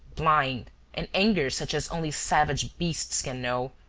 blind an anger such as only savage beasts can know,